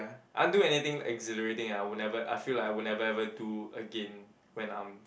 I want do anything exhilarating I would never I feel like I would never ever do again when I'm